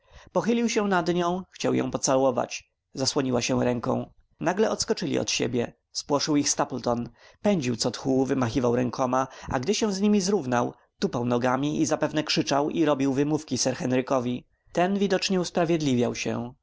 pochylił się nad nią chciał ją pocałować zasłoniła się ręką nagle odskoczyli od siebie spłoszył ich stapleton pędził co tchu wymachiwał rękoma a gdy się z nimi zrównał tupał nogami i zapewne krzyczał i robił wymówki sir henrykowi ten widocznie usprawiedliwiał się